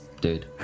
dude